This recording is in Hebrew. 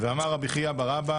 ואמר ר' חייא בר אבא,